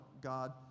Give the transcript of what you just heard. God